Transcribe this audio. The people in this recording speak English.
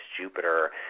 Jupiter